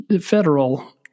federal